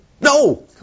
No